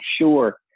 sure